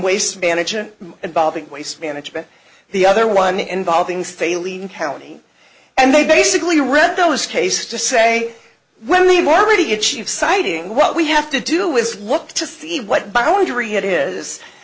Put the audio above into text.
waste management involving waste management the other one involving staley county and they basically read those cases to say when they've already achieved siting what we have to do is look to see what bio injury it is